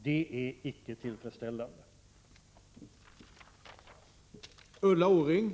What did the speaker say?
Det är icke tillfredsställande.